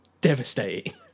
devastating